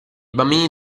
bambini